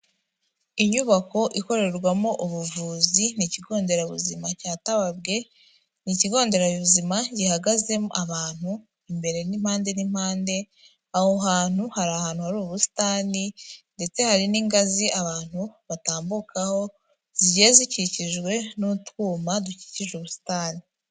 Inyubako ikorerwamo ubuvuzi ni ikigo nderabuzima cya Tababwe, ni ikigo nderabuzima gihagazemo abantu imbere n'impande n'impande, aho hantu hari ahantu hari ubusitani, ndetse hari n'ingazi, abantu batambukaho, zigiye zikikijwe n'utwuma dukikije ubusitani.